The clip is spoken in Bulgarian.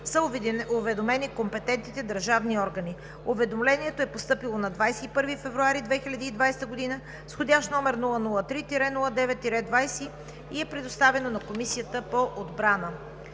са уведомени компетентните държавни органи. Уведомлението е постъпило на 21 февруари 2020 г. с входящ № 003-09-20 и е предоставено на Комисията по отбраната.